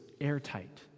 airtight